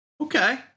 Okay